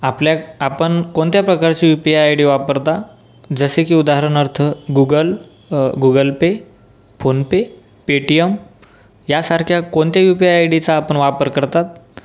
आपल्या आपण कोणत्या प्रकारची U P I I D वापरता जसे की उदाहरणार्थ Google Google Pay PhonePe Paytm या सारख्या कोणत्या यु पी आय आय डीचा आपण वापर करतात